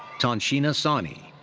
tanshina sawhney.